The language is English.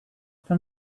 from